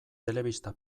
telebista